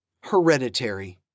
Hereditary